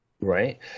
Right